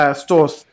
stores